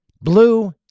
blue